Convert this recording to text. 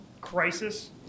crisis